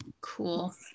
Cool